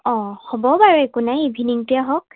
অঁ হ'ব বাৰু একো নাই ইভিনিংটোৱে হওক